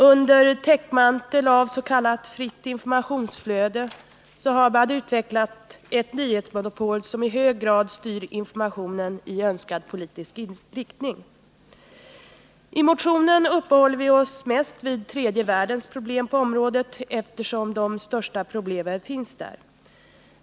Under täckmantel ”fritt informationsflöde” har man utvecklat ett nyhetsmonopol som i hög grad styr nyheter och information i önskad politisk riktning.” I motionen uppehåller vi oss mest vid tredje världens problem på området, eftersom de största problemen finns där.